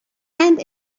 and